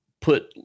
put